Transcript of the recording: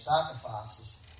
sacrifices